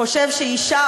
חושבים שאישה,